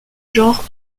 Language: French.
genre